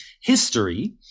history